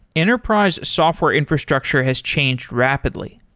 enterprise software infrastructure has changed rapidly.